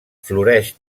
floreix